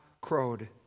crowed